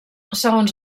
segons